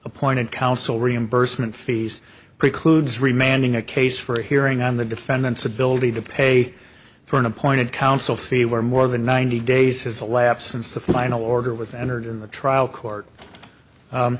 appointed counsel reimbursement fees precludes remaining a case for a hearing on the defendant's ability to pay for an appointed counsel fee where more than ninety days has elapsed since the final order was entered in the trial court